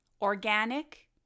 Organic